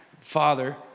Father